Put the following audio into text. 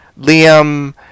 Liam